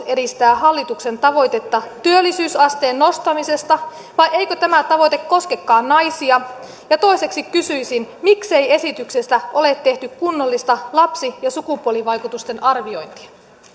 edistää hallituksen tavoitetta työllisyysasteen nostamisesta vai eikö tämä tavoite koskekaan naisia ja toiseksi kysyisin miksei esityksestä ole tehty kunnollista lapsi ja sukupuolivaikutusten arviointia